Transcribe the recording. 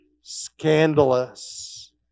scandalous